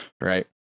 Right